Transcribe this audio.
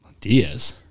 Diaz